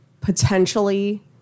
potentially